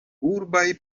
urbaj